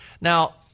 Now